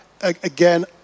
again